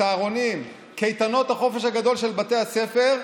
הצהרונים וקייטנות החופש הגדול של בתי הספר,